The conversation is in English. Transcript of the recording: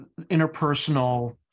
interpersonal